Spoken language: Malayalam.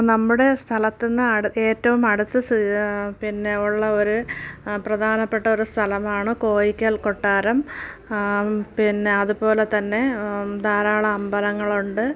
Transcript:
നമ്മുടെ സ്ഥലത്തിന്ന് അട് ഏറ്റവും അടുത്ത് സ്ഥിതി പിന്നെ ഉള്ള ഒരു പ്രധാനപ്പെട്ട ഒരു സ്ഥലമാണ് കോയിക്കൽ കൊട്ടാരം പിന്നെ അതുപോലെ തന്നെ ധാരാളം അമ്പലങ്ങളുണ്ട്